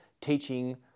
Teaching